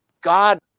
God